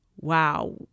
wow